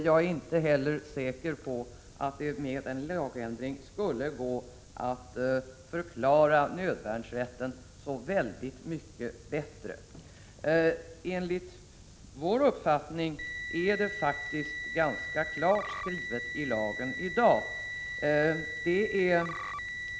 Jag är inte heller säker på att det med en lagändring skulle gå att förklara nödvärnsrätten så värst mycket bättre. Enligt vår uppfattning är lagen i dag rätt klart skriven.